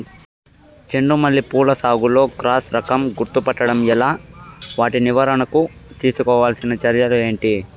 చెండు మల్లి పూల సాగులో క్రాస్ రకం గుర్తుపట్టడం ఎలా? వాటి నివారణకు తీసుకోవాల్సిన చర్యలు ఏంటి?